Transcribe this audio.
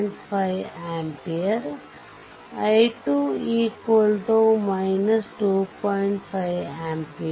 5 ampere i2 2